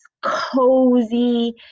cozy